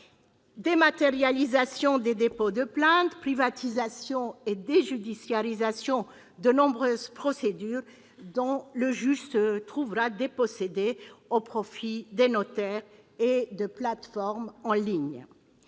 Dématérialisation des dépôts de plainte, privatisation et déjudiciarisation de nombreuses procédures dont le juge se trouvera dépossédé au profit des notaires et de plateformes en ligne